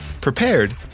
prepared